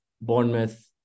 Bournemouth